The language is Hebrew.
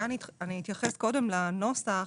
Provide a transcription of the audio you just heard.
אני אתייחס קודם לנוסח.